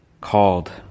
called